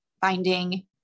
finding